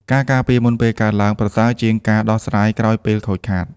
ការការពារមុនពេលកើតឡើង ប្រសើរជាងការដោះស្រាយក្រោយពេលខូចខាត។